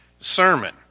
sermon